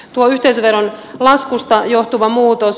tuo yhteisöveron laskusta johtuva muutos